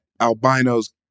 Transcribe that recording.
albinos